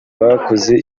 bakoze